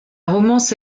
romance